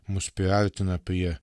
mus priartina prie